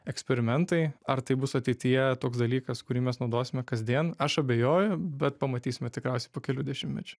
eksperimentai ar tai bus ateityje toks dalykas kurį mes naudosime kasdien aš abejoju bet pamatysime tikriausiai po kelių dešimtmečių